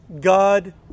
God